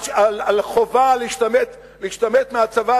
על חובה להשתמט מהצבא,